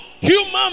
human